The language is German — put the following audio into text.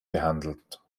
behandelt